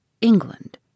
England